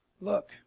Look